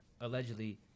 allegedly